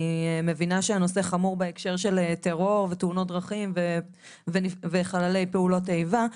מבינה שהנושא חמור בהקשר של טרור ותאונות דרכים וחללי פעולות האיבה,